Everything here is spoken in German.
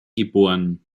geboren